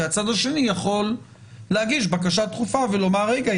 הצד השני יכול להגיש בקשה דחופה ולומר: רגע,